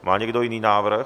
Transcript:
Má někdo jiný návrh?